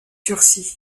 sursis